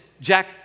Jack